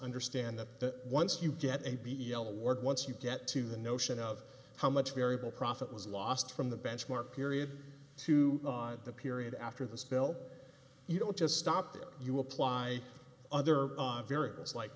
understand that once you get a b e l word once you get to the notion of how much variable profit was lost from the benchmark period to the period after the spill you don't just stop there you apply other variables like